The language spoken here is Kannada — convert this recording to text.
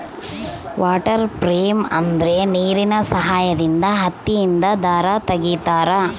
ವಾಟರ್ ಫ್ರೇಮ್ ಅಂದ್ರೆ ನೀರಿನ ಸಹಾಯದಿಂದ ಹತ್ತಿಯಿಂದ ದಾರ ತಗಿತಾರ